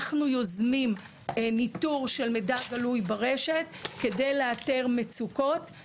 אנחנו יוזמים ניתור של מידע גלוי ברשת כדי לאתר מצוקות.